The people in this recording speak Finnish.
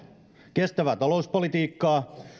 kestävää talouspolitiikkaa